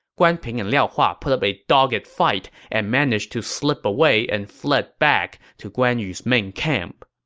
guan ping and liao hua put up a dogged fight and managed to slip away and fled back to guan yu's main camp